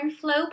Flow